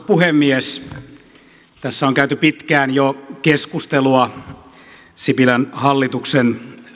puhemies tässä on käyty pitkään jo keskustelua sipilän hallituksen